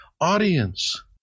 audience